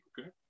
okay